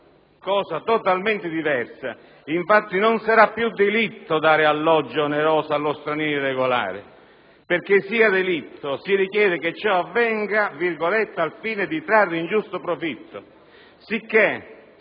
norma totalmente diversa. Infatti, non sarà più delitto dare alloggio oneroso allo straniero irregolare. Perché sia delitto, si richiede che ciò avvenga «al fine di trarre ingiusto profitto».